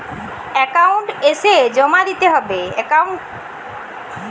Account এসে টাকা জমা দিতে হবে?